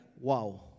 wow